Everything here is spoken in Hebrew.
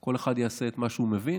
כל אחד יעשה את מה שהוא מבין,